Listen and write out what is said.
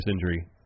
injury